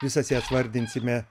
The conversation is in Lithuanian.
visas jas vardinsime